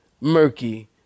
murky